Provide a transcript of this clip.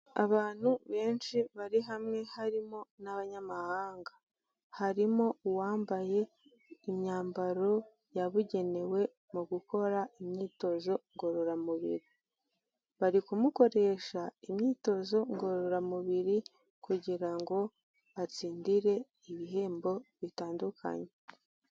Abantu benshi bari hamwe harimo n'abanyamahanga. Harimo uwambaye imyambaro yabugenewe mu gukora imyitozo ngororamubiri. Bari kumukoresha imyitozo ngororamubiri kugira ngo atsindire ibihembo bitandukanye.